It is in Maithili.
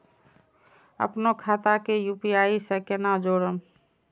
अपनो खाता के यू.पी.आई से केना जोरम?